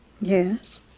Yes